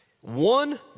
One